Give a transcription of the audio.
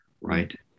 right